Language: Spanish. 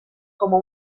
como